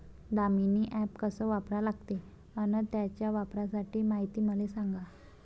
Damini app कस वापरा लागते? अन त्याच्या वापराची मायती मले सांगा